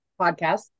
podcast